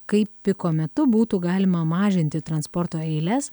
kaip piko metu būtų galima mažinti transporto eiles